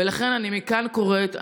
ולכן אני מכאן קוראת,